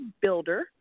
builder